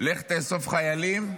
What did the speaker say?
לך תאסוף חיילים,